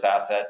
asset